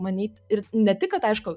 manyt ir ne tik kad aišku